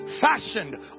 fashioned